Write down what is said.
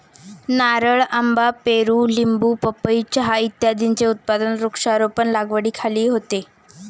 नारळ, आंबा, पेरू, लिंबू, पपई, चहा इत्यादींचे उत्पादन वृक्षारोपण लागवडीखाली होते